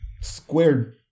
Squared